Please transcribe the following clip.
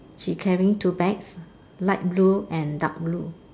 she carrying two bags light blue and dark blue